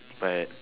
but